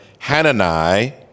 Hanani